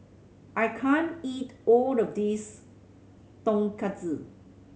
I can't eat all of this Tonkatsu